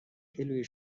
کیلویی